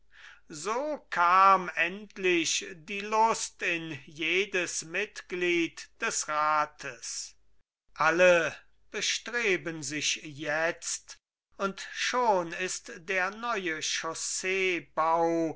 so kam endlich die lust in jedes mitglied des rates alle bestreben sich jetzt und schon ist der neue chausseebau